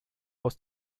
aus